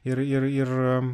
ir ir ir